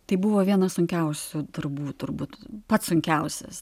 tai buvo vienas sunkiausių darbų turbūt turbūt pats sunkiausias